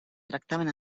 tractaven